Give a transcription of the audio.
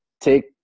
take